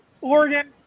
Oregon